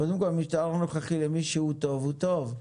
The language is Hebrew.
קודם כול, המשטר הנוכחי, מי שהוא טוב, הוא טוב.